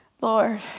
Lord